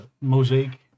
mosaic